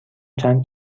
چند